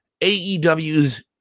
AEW's